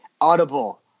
audible